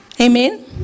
Amen